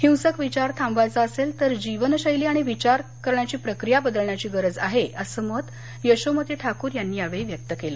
हिंसक विचार थांबवायचा असेल तर जीवनशैली आणि विचार करण्याची प्रक्रिया बदलण्याची गरज आहे असं मत यशोमती ठाकूर यांनी यावेळी व्यक्त केलं